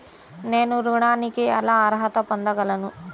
నేను ఋణానికి ఎలా అర్హత పొందగలను?